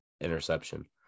interception